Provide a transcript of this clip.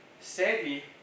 sadly